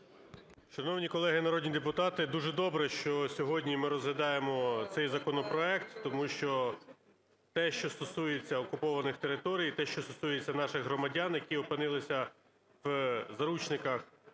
Шановні колеги народні депутати! Дуже добре, що сьогодні ми розглядаємо цей законопроект, тому що те, що стосується окупованих територій, і те, що стосується наших громадян, які опинилися в заручниках